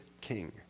king